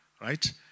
Right